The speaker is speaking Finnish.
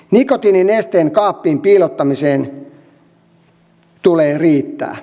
nikotiininesteen kaappiin piilottamisen tulee riittää